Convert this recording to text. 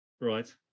right